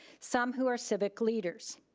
some who are civic leaders.